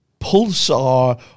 pulsar